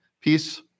peace